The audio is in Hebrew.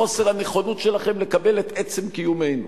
בחוסר הנכונות שלכם לקבל את עצם קיומנו,